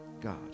god